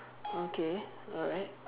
okay alright uh